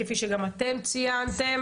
כפי שגם אתם ציינתם,